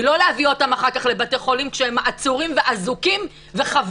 היא לא להביא אותם אחר כך לבתי חולים כשהם עצורים ואזוקים וחבולים.